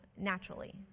naturally